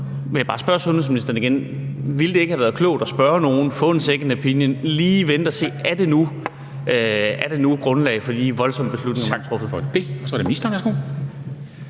Ville det ikke have været klogt at spørge nogen, få en second opinion, lige vente og se, om der nu er grundlag for de voldsomme beslutninger,